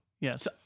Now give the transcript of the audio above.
Yes